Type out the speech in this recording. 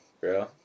bro